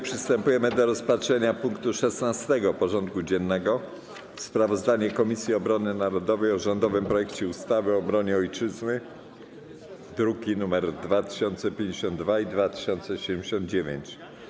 Przystępujemy do rozpatrzenia punktu 16. porządku dziennego: Sprawozdanie Komisji Obrony Narodowej o rządowym projekcie ustawy o obronie Ojczyzny (druki nr 2052 i 2079)